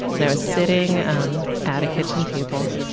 and i was sitting um at a kitchen table.